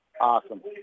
Awesome